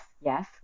yes